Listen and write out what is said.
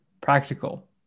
practical